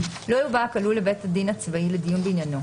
לא יובא הכלוא לבית הדין הצבאי לדיון בעניינו,